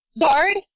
Guard